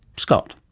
scott